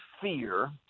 fear